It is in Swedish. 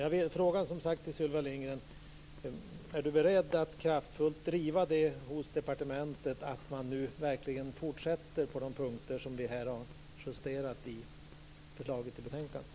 Jag vill fråga Sylvia Lindgren om hon är beredd att i departementet driva att man nu fortsätter på den punkter som vi har justerat i betänkandet.